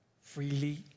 freely